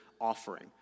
offering